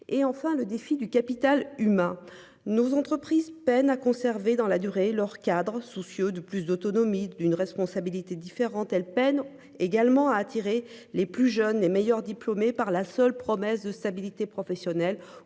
et enfin le défi du capital humain. Nos entreprises peinent à conserver dans la durée, leur cadre soucieux de plus d'autonomie d'une responsabilité différente elle peine également à attirer les plus jeunes, les meilleurs diplômés par la seule promesse de stabilité professionnelle